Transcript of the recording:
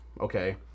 Okay